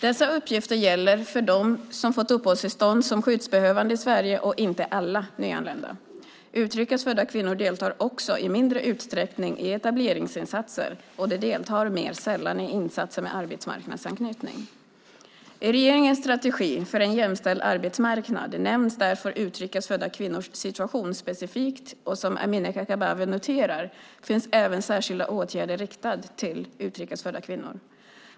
Dessa uppgifter gäller de som fått uppehållstillstånd som skyddsbehövande i Sverige och inte alla nyanlända. Utrikes födda kvinnor deltar också i mindre utsträckning i etableringsinsatser, och de deltar mer sällan i insatser med arbetsmarknadsanknytning. I regeringens strategi för en jämställd arbetsmarknad nämns därför utrikes födda kvinnors situation specifikt, och som Amineh Kakabaveh noterar finns även särskilda åtgärder riktade till utrikes födda kvinnor.